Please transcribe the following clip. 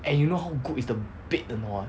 and you know how good is the bed or not